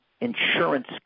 insurance